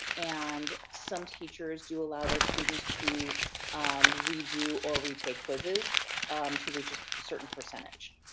and, some teachers do allow their students to redo or retake quizzes to reach a certain percentage,